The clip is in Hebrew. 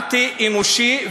אנטי-אנושי.